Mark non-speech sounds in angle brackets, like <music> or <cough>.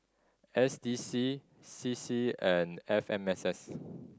S D C C C and F M S S <noise>